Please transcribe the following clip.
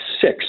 six